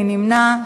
מי נמנע?